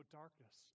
darkness